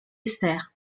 esters